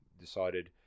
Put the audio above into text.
decided